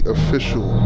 Official